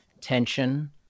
tension